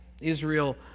Israel